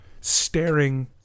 staring